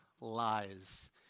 lies